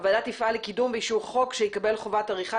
הוועדה תפעל לקידום ואישור חוק שיקבל חובת עריכת